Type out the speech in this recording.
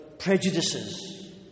Prejudices